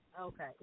Okay